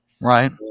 Right